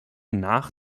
nach